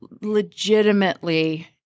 legitimately